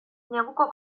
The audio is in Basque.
neguko